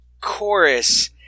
chorus